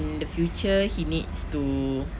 in the future he needs to